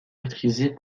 maîtrisée